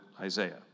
Isaiah